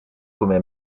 come